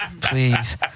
Please